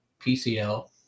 PCL